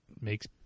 makes